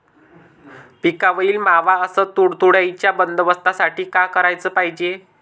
पिकावरील मावा अस तुडतुड्याइच्या बंदोबस्तासाठी का कराच पायजे?